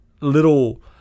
little